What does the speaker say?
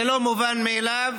זה לא מובן מאליו,